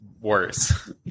worse